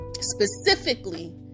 Specifically